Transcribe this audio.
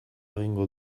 egingo